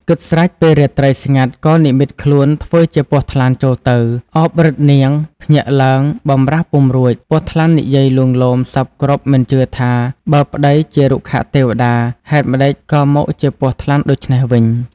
គិតស្រេចពេលរាត្រីស្ងាត់ក៏និម្មិតខ្លួនធ្វើជាពស់ថ្លាន់ចូលទៅ អោបរឹតនាង! ភ្ញាក់ឡើងបំរះពុំរួចបួសថ្លាន់និយាយលួង លោមសព្វគ្រប់មិនជឿថា បើប្ដីជារុក្ខទេវតា ហេតុម្ដេចក៏មកជាពស់ថ្លាន់ដូច្នេះវិញ។